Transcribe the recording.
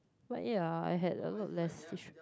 but ya I had a lot less fish